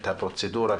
את הפרוצדורה,